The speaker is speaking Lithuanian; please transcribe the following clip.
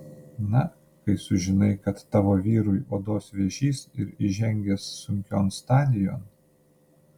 na kai sužinai kad tavo vyrui odos vėžys ir įžengęs sunkion stadijon